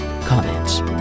comments